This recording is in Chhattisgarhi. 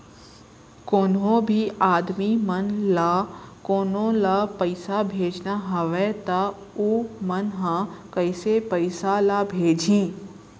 कोन्हों भी आदमी मन ला कोनो ला पइसा भेजना हवय त उ मन ह कइसे पइसा ला भेजही?